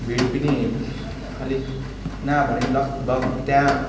भिड पनि खालि नभने पनि लगभग त्यहाँ